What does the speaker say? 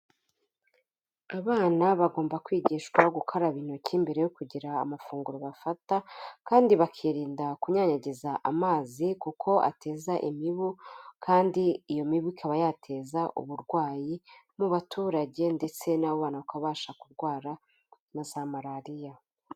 Abana bagomba kwigishwa gukaraba intoki mbere yo kugira amafunguro bafata kandi bakirinda kunyanyagiza amazi kuko ateza imibu kandi iyo mibu ikaba yateza uburwayi mu baturage ndetse n'abo bakabasha kurwara na za Marariya.